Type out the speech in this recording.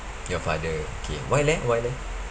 your father okay why leh why leh